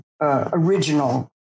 original